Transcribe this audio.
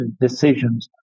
decisions